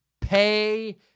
Pay